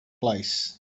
place